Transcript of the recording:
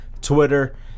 Twitter